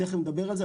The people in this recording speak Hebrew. ותיכף נדבר על זה.